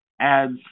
adds